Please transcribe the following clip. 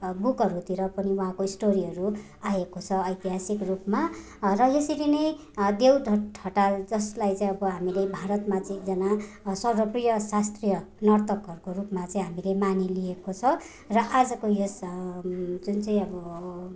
बुकहरूतिर पनि उहाँको स्टोरीहरू आएको छ ऐतिहासिक रूपमा र यसरी नै देवदत्त ठटा जसलाई चाहिँ अब हामीले भारतमा चाहिँ एकजना सर्वप्रिय शास्त्रीय नर्तकहरूको रूपमा चाहिँ हामीले मानिलिएको छ र आजको यस जुन चाहिँ अब